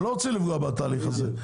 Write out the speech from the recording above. אני לא רוצה לפגוע בתהליך הזה,